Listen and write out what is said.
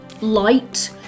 light